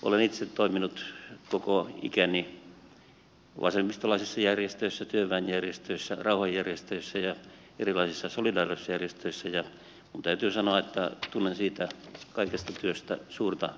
olen itse toiminut koko ikäni vasemmistolaisissa järjestöissä työväenjärjestöissä rauhanjärjestöissä ja erilaisissa solidaarisuusjärjestöissä ja minun täytyy sanoa että tunnen siitä kaikesta työstä suurta ylpeyttä